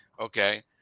okay